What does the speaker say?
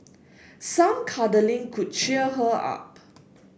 some cuddling could cheer her up